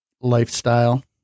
lifestyle